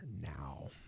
now